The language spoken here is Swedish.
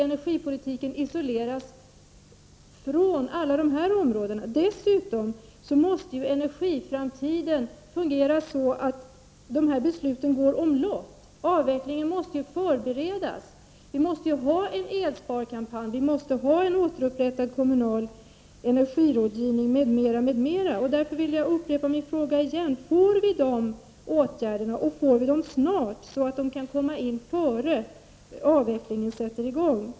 Energipolitiken kan inte isoleras från alla de här områdena. Dessutom måste de olika besluten om energiframtiden gå omlott. Avvecklingen måste ju förberedas. Vi måste få en elsparkampanj, den kommunala energirådgivningen måste återupprättas, m.m., m.m. Därför upprepar jag igen min fråga: Kommer de åtgärderna att vidtas, och kommer de att vidtas snart, så att de kan få effekt innan avvecklingen sätter i gång?